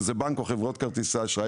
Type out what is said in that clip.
שזה בנק או חברות כרטיסי האשראי,